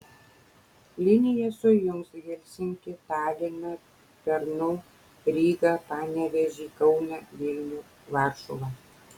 linija sujungs helsinkį taliną pernu rygą panevėžį kauną vilnių varšuvą